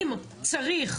אם צריך